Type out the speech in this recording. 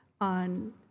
on